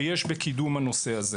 תוכנית אב לניקוז ורגולציה בתחום הזה.